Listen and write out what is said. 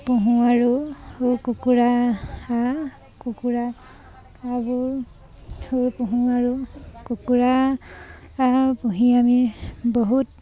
পুহোঁ আৰু কুকুৰা কুকুৰাবোৰ পুহোঁ আৰু কুকুৰা পুহি আমি বহুত